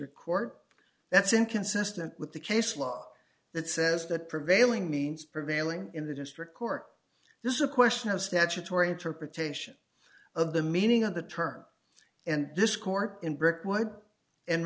record that's inconsistent with the case law that says that prevailing means prevailing in the district court this is a question of statutory interpretation of the meaning of the term and this court in brick wide and